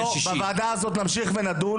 בוועדה הזאת אנחנו נמשיך לדון,